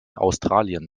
australien